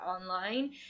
online